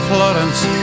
Florence